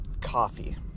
coffee